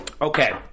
Okay